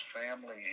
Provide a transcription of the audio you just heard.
family